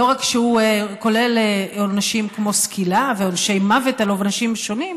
לא רק שהוא כולל עונשים כמו סקילה ועונשי מוות על אנשים שונים,